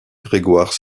grégoire